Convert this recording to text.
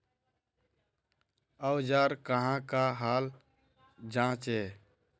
औजार कहाँ का हाल जांचें?